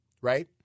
right